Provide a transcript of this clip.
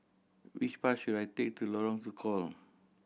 which bus should I take to Lorong Tukol